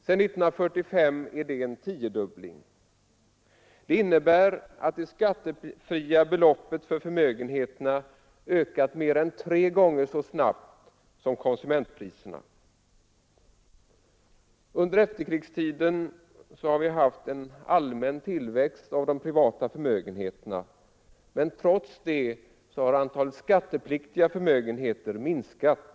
Detta är en tiodubbling sedan 1945. Det innebär att det skattefria beloppet för förmögenheterna ökat mer än tre gånger så snabbt som konsumentpriserna. Under efterkrigstiden har vi haft en allmän tillväxt av de privata förmögenheterna, men trots detta har antalet skattepliktiga förmögenheter minskat.